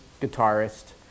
guitarist